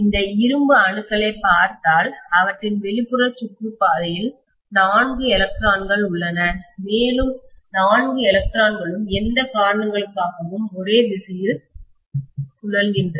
இந்த இரும்பு அணுக்களைப் பார்த்தால் அவற்றின் வெளிப்புற சுற்றுப்பாதையில் 4 எலக்ட்ரான்கள் உள்ளன மேலும் 4 எலக்ட்ரான்களும் எந்த காரணங்களுக்காகவும் ஒரே திசையில் சுழல்கின்றன